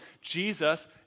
Jesus